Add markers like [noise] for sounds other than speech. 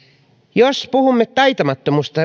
jos puhumme taitamattomuudesta [unintelligible]